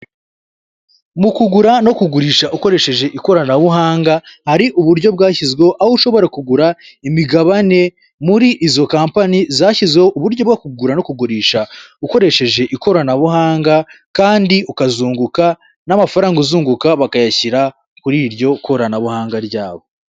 Mu kugura no kugurisha ukoresheje ikoranabuhanga hari uburyo bwashyizweho aho ushobora kugura imigabane muri izo kampani zashyizeho uburyo bwo kugura no kugurisha ukoresheje ikoranabuhanga kandi ukazunguka n'amafaranga uzunguka bakayashyira kuri iryo koranabuhanga ryabo.